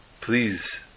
please